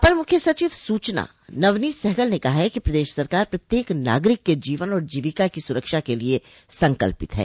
अपर मुख्य सचिव सूचना नवनीत सहगल ने कहा कि प्रदेश सरकार प्रत्येक नागरिक के जीवन और जीविका की सुरक्षा के लिये संकल्पित है